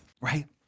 right